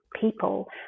people